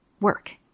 work